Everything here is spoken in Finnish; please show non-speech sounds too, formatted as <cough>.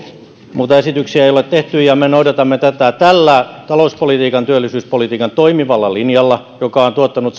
muita esityksiä ei ole tehty ja me noudatamme tätä tällä talouspolitiikan ja työllisyyspolitiikan toimivalla linjalla joka on tuottanut <unintelligible>